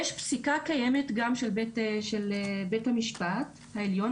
יש פסיקה קיימת גם של בית המשפט העליון,